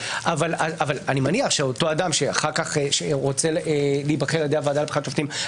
אני מניח שאותו אדם שרוצה להיבחר על ידי הוועדה לבחירת שופטים,